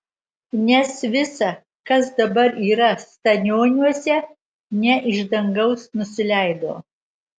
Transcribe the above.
nes visa kas dabar yra stanioniuose ne iš dangaus nusileido